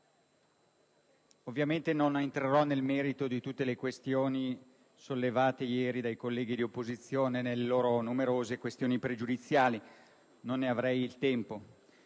ovviamente non entrerò nel merito di tutte le questioni sollevate ieri dai colleghi di opposizione nelle loro numerose questioni pregiudiziali, perché non ne avrei il tempo.